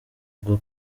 bwo